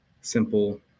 simple